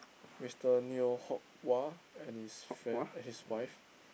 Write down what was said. Mister Neo Hock Wah and his friend and his wife